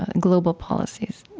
global policies.